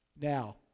Now